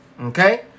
Okay